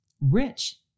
Rich